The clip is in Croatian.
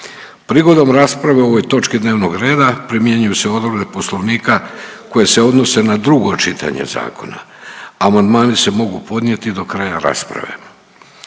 Prigodom rasprave o ovoj točki dnevnog reda primjenjuju se odredbe Poslovnika koje se odnose na drugo čitanje zakona. Amandmani se mogu podnijeti do kraja rasprave.